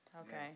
Okay